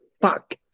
Fuck